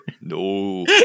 No